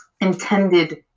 Intended